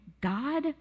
God